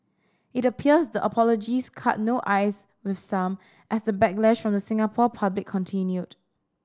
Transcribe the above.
it appears the apologies cut no ice with some as the backlash from the Singapore public continued